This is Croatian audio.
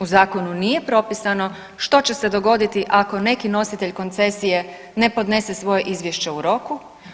U zakonu nije propisano što će se dogoditi ako neki nositelj koncesije ne podnese svoje izvješće u roku.